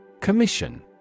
Commission